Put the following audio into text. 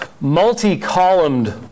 multi-columned